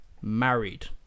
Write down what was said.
Married